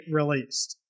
released